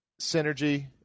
synergy